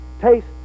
Taste